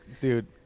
dude